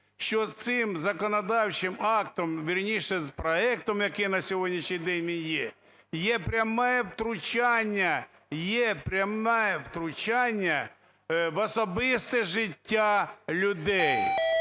що цим законодавчим актом, вірніше, проектом, який на сьогоднішній день він є, є пряме втручання, є пряме втручання в особисте життя людей,